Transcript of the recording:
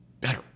better